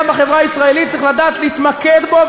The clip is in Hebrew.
בחברה הישראלית צריך לדעת להתמקד בו,